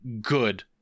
good